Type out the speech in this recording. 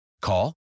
Call